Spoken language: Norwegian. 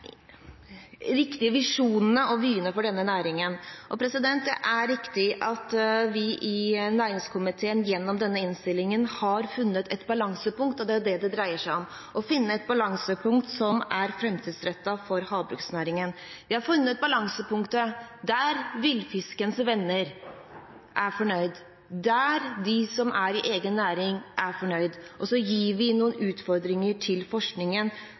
riktige visjonene og vyene for denne næringen. Det er riktig at vi i næringskomiteen gjennom denne innstillingen har funnet et balansepunkt, og det er det det dreier seg om, å finne et balansepunkt som er fremtidsrettet for havbruksnæringen. Vi har funnet balansepunktet der villfiskens venner er fornøyd, og der de som driver egen næring, er fornøyd, og så gir vi noen utfordringer til forskningen